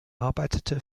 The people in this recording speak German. arbeitete